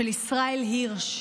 של ישראל הירש,